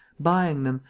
buying them,